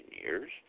years